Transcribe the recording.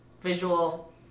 Visual